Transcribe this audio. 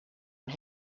and